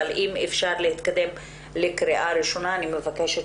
אם אפשר להתקדם לקריאה ראשונה אני מבקשת